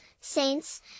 saints